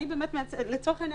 ולצורך העניין,